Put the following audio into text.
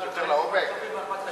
יותר לעומק?